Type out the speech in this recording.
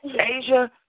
Asia